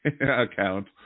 account